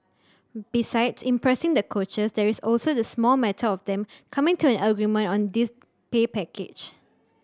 besides impressing the coaches there is also the small matter of them coming to an agreement on this pay package